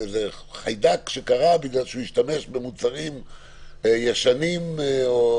נגיד, חיידק משימוש במוצרים מקולקלים, גם